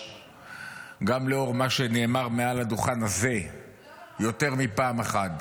גם לאור מה שנאמר מעל הדוכן הזה יותר מפעם אחת,